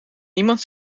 niemand